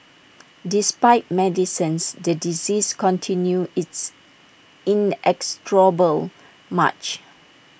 despite medicines the disease continued its inexorable March